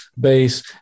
base